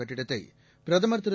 கட்டிடத்தை பிரதமர் திரு